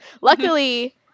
Luckily